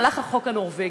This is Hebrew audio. הלך החוק הנורבגי.